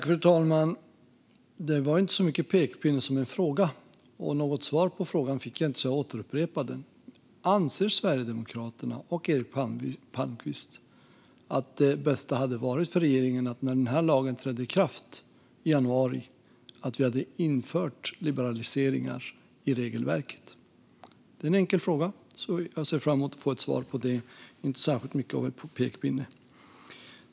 Fru talman! Det var inte så mycket en pekpinne som en fråga. Något svar på frågan fick jag inte, så jag upprepar den: Anser Sverigedemokraterna och Eric Palmqvist att det bästa hade varit om regeringen hade infört liberaliseringar i regelverket när lagen trädde i kraft i januari? Det är en enkel fråga, så jag ser fram emot att få ett svar. Det är inte särskilt mycket av en pekpinne.